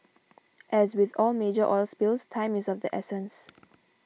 as with all major oil spills time is of the essence